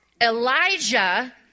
Elijah